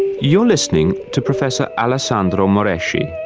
you're listening to professor alessandro moreschi,